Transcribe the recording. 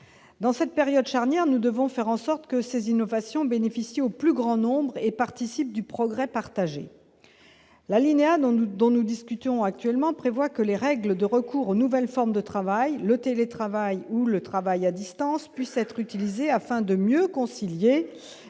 dans cette période charnière, nous devons faire en sorte que ces innovations bénéficient au plus grand nombre et participe du progrès partagé la ligne dont nous, dont nous discutons actuellement prévoit que les règles de recours aux nouvelles formes de travail le télétravail ou le travail à distance puisse être utilisés afin de mieux concilier